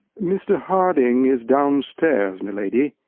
mr. harding is downstairs, my lady.